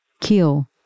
kill